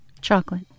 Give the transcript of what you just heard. Chocolate